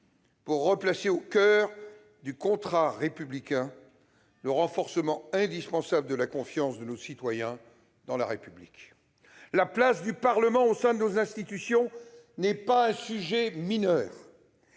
pour replacer au coeur du contrat républicain le renforcement indispensable de la confiance de nos concitoyens dans la République. La place du Parlement au sein de nos institutions n'est pas un sujet mineur.